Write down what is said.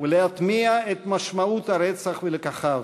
ולהטמיע את משמעות הרצח ולקחיו,